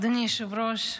אדוני היושב-ראש,